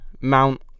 Mount